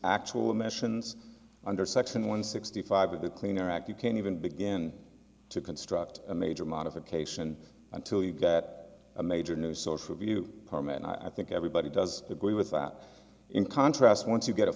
actual emissions under section one sixty five of the clean air act you can't even begin to construct a major modification until you get a major new source review permit and i think everybody does agree with that in contrast once you get a